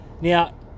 Now